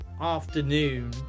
afternoon